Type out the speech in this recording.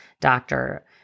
doctor